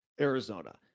Arizona